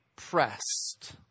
Pressed